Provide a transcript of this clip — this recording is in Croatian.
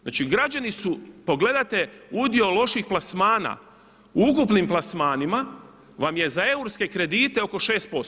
Znači građani su, pogledajte udio loših plasmana u ukupnim plasmanima vam je za eurske kredite oko 6%